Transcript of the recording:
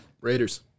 Raiders